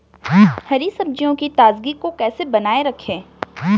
हरी सब्जियों की ताजगी को कैसे बनाये रखें?